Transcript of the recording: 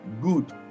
good